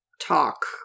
talk